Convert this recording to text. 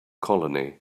colony